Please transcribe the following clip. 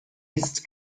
ist